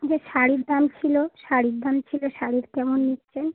যে শাড়ির দাম ছিলো শাড়ির দাম ছিলো শাড়ির কেমন নিচ্ছেন